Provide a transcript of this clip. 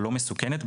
לא מסוכנת,